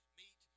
meet